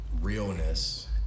realness